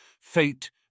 Fate